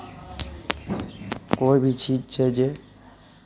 कोइ भी चीज छै जे